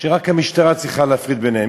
שרק המשטרה צריכה להפריד ביניהם.